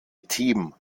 team